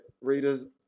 Reader's